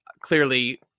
clearly